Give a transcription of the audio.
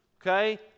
Okay